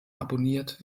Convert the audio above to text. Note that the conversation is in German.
abonniert